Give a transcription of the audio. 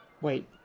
Wait